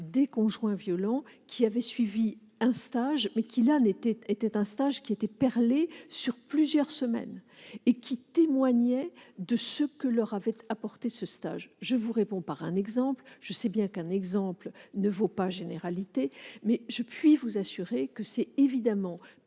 des conjoints violents qui avaient accompli un stage perlé sur plusieurs semaines et qui témoignaient de ce qu'il leur avait apporté. Je vous réponds par un exemple, et je sais bien qu'un exemple ne vaut pas généralité, mais je puis vous assurer que c'est évidemment